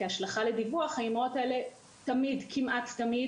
האימהות האלה כמעט תמיד,